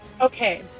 Okay